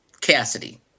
Cassidy